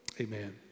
Amen